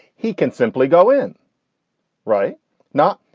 he can simply go in right now.